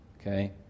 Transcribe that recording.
okay